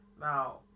Now